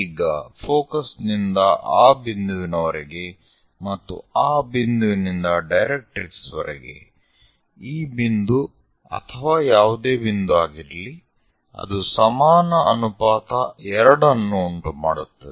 ಈಗ ಫೋಕಸ್ನಿಂದ ಆ ಬಿಂದುವಿನವರೆಗೆ ಮತ್ತು ಆ ಬಿಂದುವಿನಿಂದ ಡೈರೆಕ್ಟ್ರಿಕ್ಸ್ ಗೆ ಈ ಬಿಂದು ಅಥವಾ ಯಾವುದೇ ಬಿಂದು ಆಗಿರಲಿ ಅದು ಸಮಾನ ಅನುಪಾತ 2 ಅನ್ನು ಉಂಟುಮಾಡುತ್ತದೆ